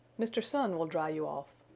mr. sun will dry you off.